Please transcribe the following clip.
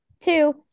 Two